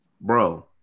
bro